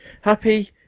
Happy